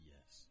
Yes